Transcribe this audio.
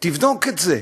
תבדוק את זה.